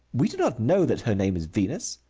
we do not know that her name is venus.